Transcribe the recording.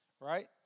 right